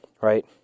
Right